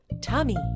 tummy